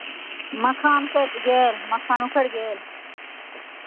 मखान कटि गेल मखान उखड़ि गेल